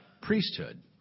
priesthood